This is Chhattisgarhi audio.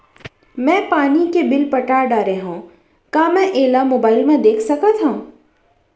मैं पानी के बिल पटा डारे हव का मैं एला मोबाइल म देख सकथव?